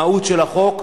המהות של החוק,